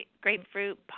grapefruit